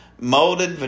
Molded